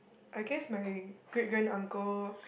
I guess my great grand uncle